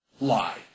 lie